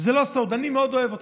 זה לא סוד, אני מאוד אוהב אותך.